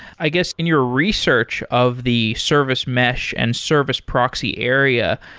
i guess in your research of the service mesh and service proxy area,